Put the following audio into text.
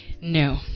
No